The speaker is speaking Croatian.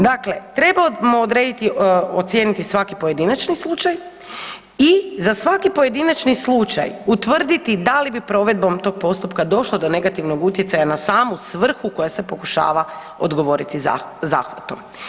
Dakle, trebamo ocijeniti svaki pojedinačni slučaj i za svaki pojedinačni slučaj utvrditi da li bi provedbom tog postupka došlo do negativnog utjecaja na samu svrhu koja se pokušava odgovoriti zahvatom.